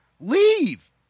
leave